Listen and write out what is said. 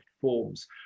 Forms